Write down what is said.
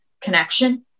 connection